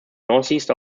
northeast